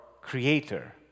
Creator